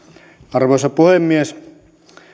arvoisa puhemies